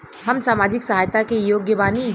हम सामाजिक सहायता के योग्य बानी?